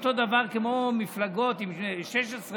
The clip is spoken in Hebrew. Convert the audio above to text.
אותו דבר כמו מפלגות עם 16,